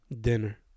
dinner